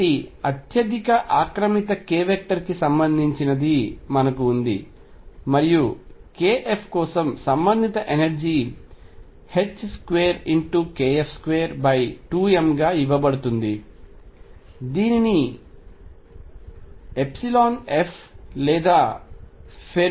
కాబట్టి అత్యధిక ఆక్రమిత k వెక్టర్కి సంబంధించినది మనకు ఉంది మరియు kF కోసం సంబంధిత ఎనర్జీ 2kF22m గా ఇవ్వబడుతుంది దీనిని Fలేదా ఫెర్మి ఎనర్జీ అంటారు